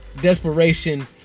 desperation